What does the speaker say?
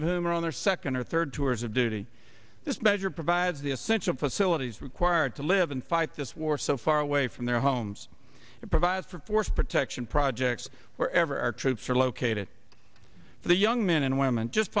of whom are on their second or third tours of duty this measure provides the essential facilities required to live and fight this war so far away from their homes and provide for force protection projects wherever our troops are located the young men and women just